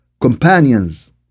companions